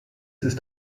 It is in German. ist